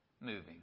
moving